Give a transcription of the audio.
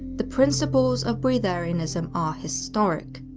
the principles of breatharianism are historic.